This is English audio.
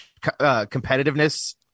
competitiveness